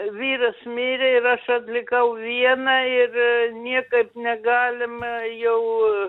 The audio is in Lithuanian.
vyras mirė ir aš atlikau viena ir niekaip negalima jau